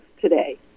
today